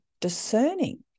discerning